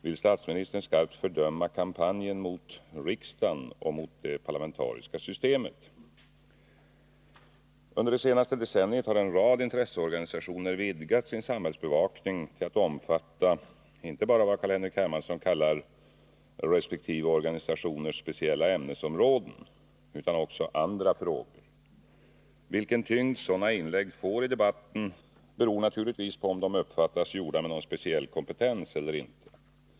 Vill statsministern skarpt fördöma kampanjen mot riksdagen och mot det parlamentariska systemet? Under det senaste decenniet har en rad intresseorganisationer vidgat sin samhällsbevakning till att omfatta inte bara vad Carl-Henrik Hermansson kallar ”resp. organisationers speciella ämnesområden” utan också andra frågor. Vilken tyngd sådana inlägg får i debatten beror naturligtvis på om de uppfattas gjorda med någon speciell kompetens eller inte.